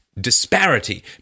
disparity